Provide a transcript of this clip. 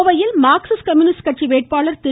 கோவையில் Marxist communist கட்சி வேட்பாளர் திரு